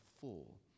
full